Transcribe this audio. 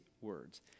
words